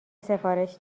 سفارش